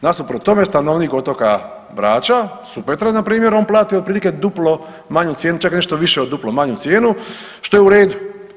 Nasuprot tome stanovnik otoka Brača, Supetra npr. on plati otprilike duplo manju cijenu čak nešto više od duplo manju cijenu što je u redu.